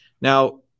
Now